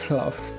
Love